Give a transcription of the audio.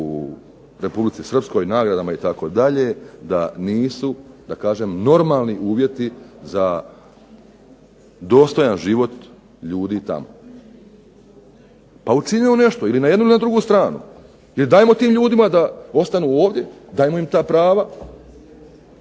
u Republici Srpskoj, nagradama itd., da nisu da kažem normalni uvjeti za dostojan život ljudi tamo. Pa učinimo nešto, ili na jednu ili na drugu stranu. Ili dajmo tim ljudima da ostanu ovdje, dajmo im ta prava